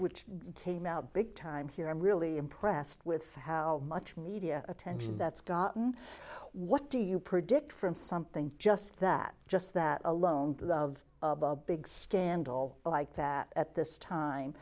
which came out big time here i'm really impressed with how much media attention that's gotten what do you predict from something just that just that alone big scandal like that at this time